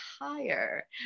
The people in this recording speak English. higher